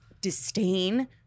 disdain